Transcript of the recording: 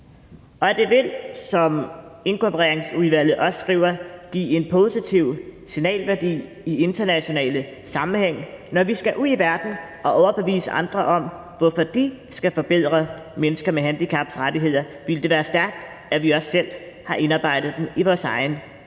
Og det vil, som inkorporeringsudvalget også skriver, give en positiv signalværdi i international sammenhæng, og når vi skal ud i verden og overbevise andre om, at de skal forbedre mennesker med handicaps rettigheder, vil det være stærkt, at vi også selv har indarbejdet dem i vores egen lovgivning.